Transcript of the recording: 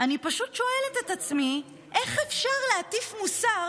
אני פשוט שואלת את עצמי: איך אפשר להטיף מוסר